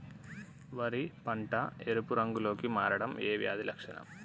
వరి పంట ఎరుపు రంగు లో కి మారడం ఏ వ్యాధి లక్షణం?